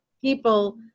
people